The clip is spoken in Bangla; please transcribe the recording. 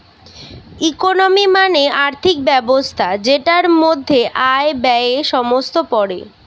ইকোনমি মানে আর্থিক ব্যবস্থা যেটার মধ্যে আয়, ব্যয়ে সমস্ত পড়ে